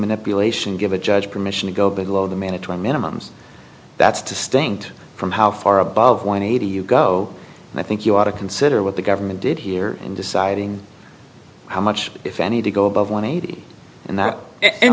manipulation give a judge permission to go below the manage to a minimum that's to stink from how far above one eighty you go and i think you ought to consider what the government did here in deciding how much if any to go above one eighty and that